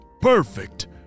perfect